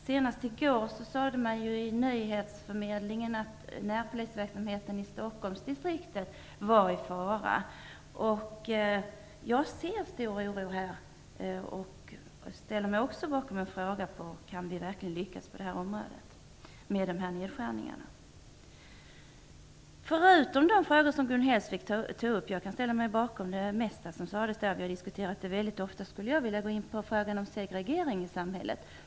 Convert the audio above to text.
Senast i går sade man i nyhetsförmedlingen att närpolisverksamheten i Stockholmsdistriktet är i fara. Jag känner stor oro och ställer mig också bakom frågan om vi verkligen kan lyckas på detta område. Jag kan ställa mig bakom det mesta som Gun Hellsvik sade; vi har diskuterat detta mycket. Jag övergår nu till att säga några ord om segregeringen i samhället.